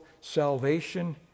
salvation